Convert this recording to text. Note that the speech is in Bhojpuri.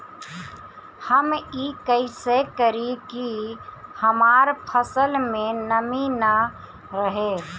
हम ई कइसे करी की हमार फसल में नमी ना रहे?